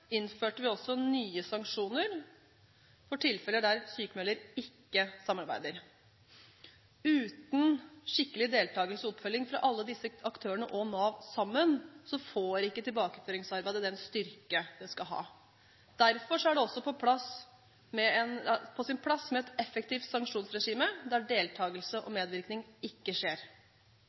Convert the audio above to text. innførte vi også nye sanksjoner for tilfeller der sykmelder ikke samarbeider. Uten skikkelig deltakelse og oppfølging fra alle disse aktørene og Nav sammen, får ikke tilbakeføringsarbeidet den styrke det skal ha. Derfor er det også på sin plass med et effektivt sanksjonsregime der deltakelse og medvirkning ikke skjer.